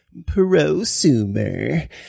prosumer